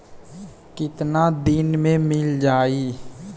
कितना दिन में मील जाई?